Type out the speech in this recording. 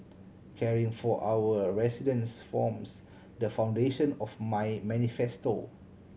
caring for our residents forms the foundation of my manifesto